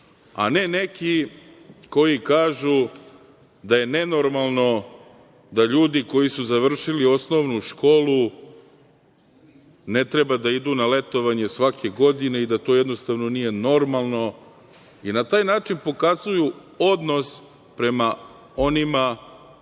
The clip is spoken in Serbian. a ne neki koji kažu, da je nenormalno da ljudi koji su završili osnovnu školu ne treba da idu na letovanje svake godine i da to jednostavno nije normalno. Na taj način pokazuju odnos prema onima